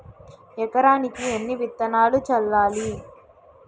ఎకరానికి ఎన్ని విత్తనాలు చల్లాలి?